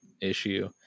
issue